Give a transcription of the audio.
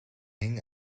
hing